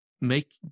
make